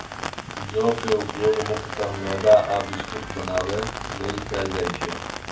जौ के उपयोग मुख्यतः मैदा आ बिस्कुट बनाबै लेल कैल जाइ छै